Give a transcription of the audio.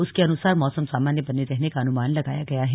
उसके अनुसार मौसम सामान्य बने रहने का अनुमान लगाया गया है